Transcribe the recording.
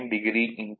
1 j0